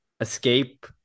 escape